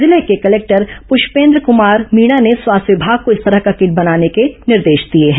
जिले के कलेक्टर प्रष्पेन्द्र कुमार मीणा ने स्वास्थ्य विभाग को इस तरह का किट बनाने के निर्देश दिए हैं